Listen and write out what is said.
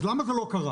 אז למה זה לא קרה?